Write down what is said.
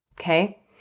okay